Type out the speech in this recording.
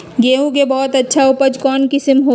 गेंहू के बहुत अच्छा उपज कौन किस्म होई?